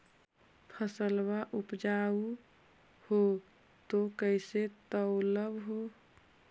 फसलबा उपजाऊ हू तो कैसे तौउलब हो?